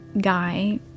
guy